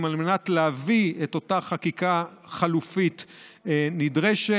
על מנת להביא את אותה חקיקה חלופית נדרשת.